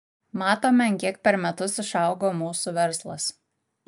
matome ant kiek per metus išaugo mūsų verslas